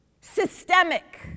systemic